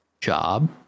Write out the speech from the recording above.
job